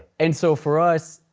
and so for us,